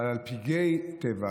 אבל על פגעי טבע,